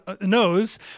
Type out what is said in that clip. knows